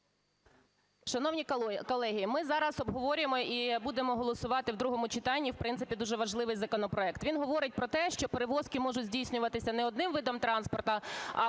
Шановні колеги, ми зараз обговорюємо і будемо голосувати в другому читанні, в принципі, дуже важливий законопроект. Він говорить про те, що перевозки можуть здійснюватися не одним видом транспорту,